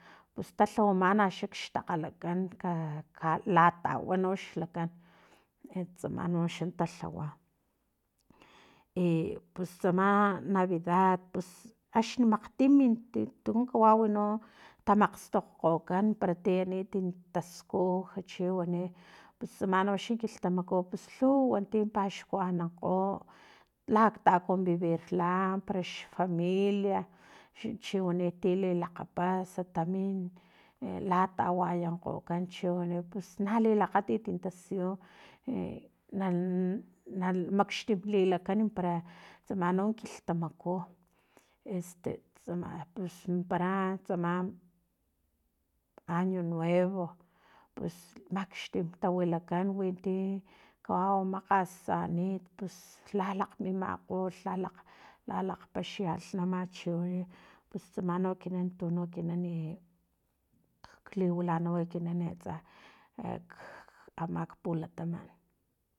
Pus talhawamana xa xtakgalakan ka ka latawa noxlakan tsama noxa talhawa ipus tsama navidad pus axni makgtimi tu kawau tamastokgokan para ti anit taskuj chiwani pus tsama noxa kilhtamaku pus lhuwa tin paxkuanankgo lata convivirla parax familia chiwani ta lilakgapas tamin e latawayankgokan chiwani pus na lilakgatit tasiyu e na maxtim lilakan para tsama no kilhtamaku este tsama pus mimpara tsama año nuevo pus makxtim tawilikan winti kawau makgas ani pus lakgmimakgolh lalakgpaxialhnama chiwani pus tsama no ekinan tuno ekinani liwilanau ekinan atsa ek amak pulataman